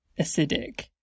acidic